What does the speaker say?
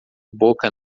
boca